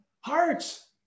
hearts